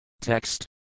Text